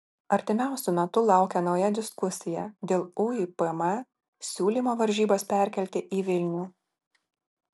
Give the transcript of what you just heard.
artimiausiu metu laukia nauja diskusija dėl uipm siūlymo varžybas perkelti į vilnių